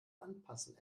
anpassen